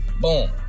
boom